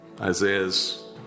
Isaiah's